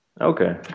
Okay